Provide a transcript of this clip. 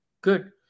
good